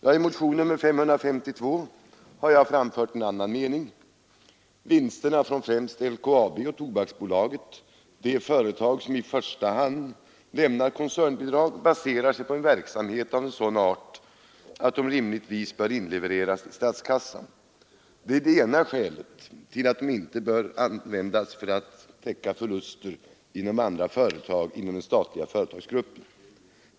I motion nr 552 har jag framfört en annan mening. Vinsterna från främst LKAB och Tobaksbolaget — de företag som i första hand lämnar koncernbidrag — baseras på en verksamhet av sådan art att de rimligtvis bör inlevereras till statskassan. Det är det ena skälet till att de inte bör användas för att täcka förluster inom andra företag inom den statliga företagsgruppen.